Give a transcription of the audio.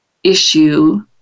Issue